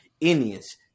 Indians